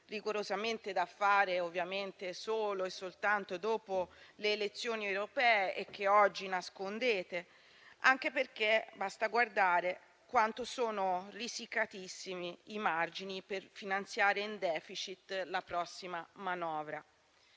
rigorosamente da fare, ovviamente, solo e soltanto dopo le elezioni europee e che oggi nascondete, anche perché basta guardare quanto sono risicati i margini per finanziare in *deficit* la prossima manovra.